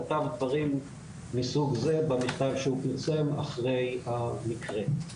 כתב דברים מסוג זה במכתב שהוא פרסם אחרי המקרה.